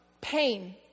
pain